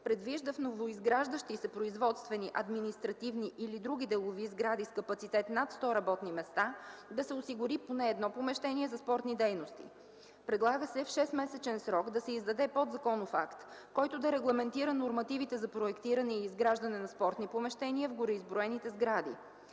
предвижда в новоизграждащи се производствени, административни или други делови сгради с капацитет над 100 работни места да се осигури поне едно помещение за спортни дейности. Предлага се в шестмесечен срок да се издаде подзаконов акт, който да регламентира нормативите за проектиране и изграждане на спортни помещения в гореизброените сгради.